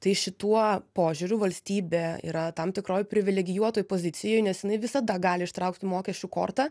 tai šituo požiūriu valstybė yra tam tikroj privilegijuotoj pozicijoj nes jinai visada gali ištraukti mokesčių kortą